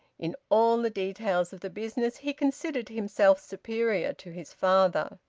in all the details of the business he considered himself superior to his father.